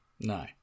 No